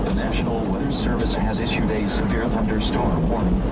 national weather service has issued a severe thunderstorm warning.